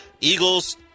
Eagles